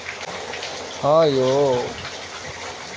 कम ब्याज कवरेज अनुपात भेला पर कंपनी के दिवालिया होइ के संभावना बेसी रहै छै